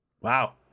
Wow